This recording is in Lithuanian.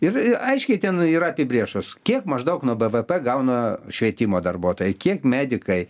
ir aiškiai ten yra apibrėžtos kiek maždaug nuo bvp gauna švietimo darbuotojai kiek medikai